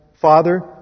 Father